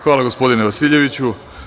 Hvala, gospodine Vasiljeviću.